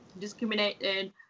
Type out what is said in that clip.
discriminated